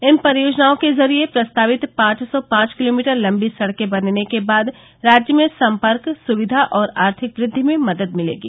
इन परियोजनाओं के जरिये प्रस्तावित पांच सौ पांच किलोमीटर लम्बी सडके बनने के बाद राज्य में संपर्क सुविघा और आर्थिक वृद्दि में मदद मिलेगी